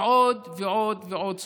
ועוד ועוד ועוד סוגיות.